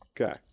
okay